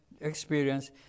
experience